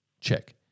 Check